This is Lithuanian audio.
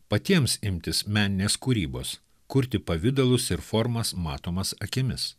patiems imtis meninės kūrybos kurti pavidalus ir formas matomas akimis